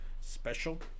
special